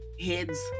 heads